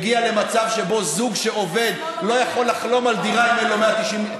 הביאה למצב שבו זוג שעובד לא יכול לחלום על דירה אם אין לו משכורות,